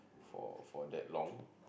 for for that long